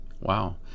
Wow